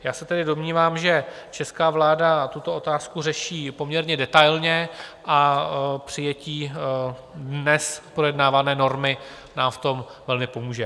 Já se tedy domnívám, že česká vláda tuto otázku řeší poměrně detailně a přijetí dnes projednávané normy nám v tom velmi pomůže.